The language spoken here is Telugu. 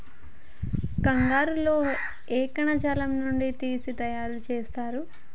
కంగారు లో ఏ కణజాలం నుండి తీసి తయారు చేస్తారు?